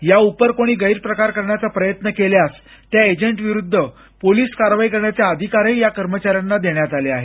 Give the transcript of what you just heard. याउपर कोणी गैरप्रकार करण्याचा प्रयत्न केल्यास त्या एजंट विरुद्ध पोलीस कारवाई करण्याचे अधिकारही या कर्मचाऱ्यांना देण्यात आले आहेत